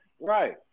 right